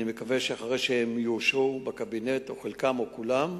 אני מקווה שאחרי שהם יאושרו בקבינט, חלקם או כולם,